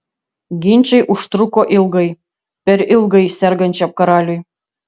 ginčai užtruko ilgai per ilgai sergančiam karaliui